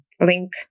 link